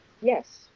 Yes